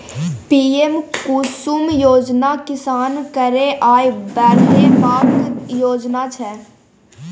PM Kusum योजना किसान केर आय बढ़ेबाक योजना छै